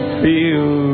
feel